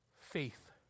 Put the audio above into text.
faith